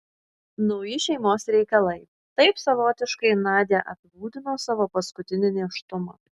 nauji šeimos reikalai taip savotiškai nadia apibūdino savo paskutinį nėštumą